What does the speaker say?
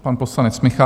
Pan poslanec Michálek.